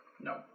No